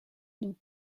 dans